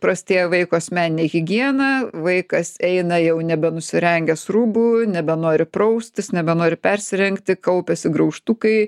prastėja vaiko asmeninė higiena vaikas eina jau nebenusirengęs rūbų nebenori praustis nebenori persirengti kaupiasi graužtukai